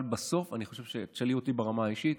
אבל בסוף, אני חושב, אם תשאלי אותי ברמה האישית,